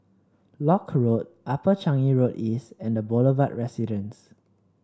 Lock Road Upper Changi Road East and The Boulevard Residence